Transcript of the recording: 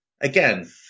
Again